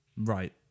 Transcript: Right